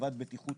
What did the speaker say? לטובת בטיחות